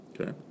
Okay